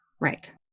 Right